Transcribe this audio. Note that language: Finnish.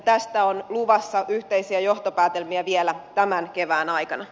tästä on luvassa yhteisiä johtopäätelmiä vielä tämän kevään aikana